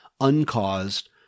uncaused